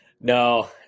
No